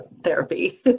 therapy